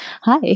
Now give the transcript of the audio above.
Hi